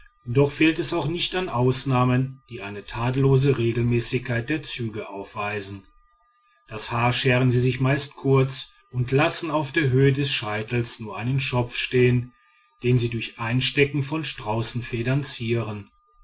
doch fehlt es auch nicht an ausnahmen die eine tadellose regelmäßigkeit der züge aufweisen das haar scheren sie sich meist kurz und lassen auf der höhe des scheitels nur einen schopf stehen den sie durch einstecken von straußenfedern zieren